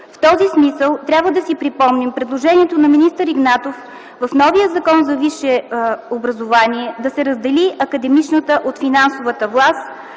В този смисъл трябва да си припомним предложението на министър Игнатов в новия Закон за висшето образование да се раздели академичната от финансовата власт,